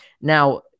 Now